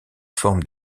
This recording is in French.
forme